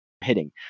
hitting